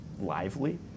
lively